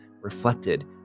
reflected